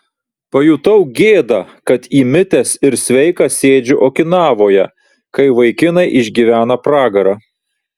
pajutau gėdą kad įmitęs ir sveikas sėdžiu okinavoje kai vaikinai išgyvena pragarą